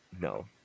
no